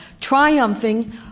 triumphing